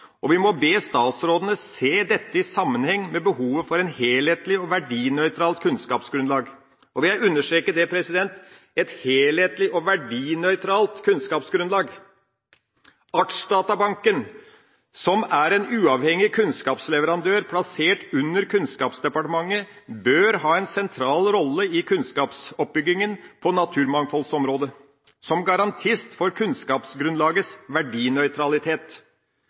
og vi må be statsrådene se dette i sammenheng med behovet for et helhetlig og verdinøytralt kunnskapsgrunnlag. Jeg vil understreke det: et helhetlig og verdinøytralt kunnskapsgrunnlag. Artsdatabanken, som er en uavhengig kunnskapsleverandør plassert under Kunnskapsdepartementet, bør